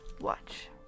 Watch